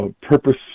Purpose